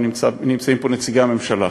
ונמצאים פה נציגי הממשלה,